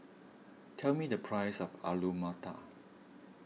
tell me the price of Alu Matar